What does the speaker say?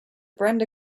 brenda